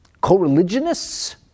Co-religionists